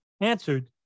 answered